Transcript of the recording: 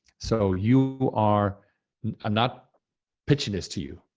so you are, i'm not pitching this to you.